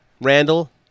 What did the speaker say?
Randall